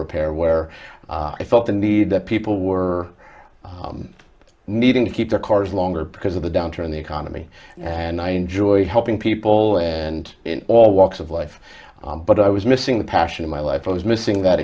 repair where i thought the need that people were needing to keep their cars longer because of the downturn in the economy and i enjoyed helping people and in all walks of life but i was missing the passion in my life i was missing that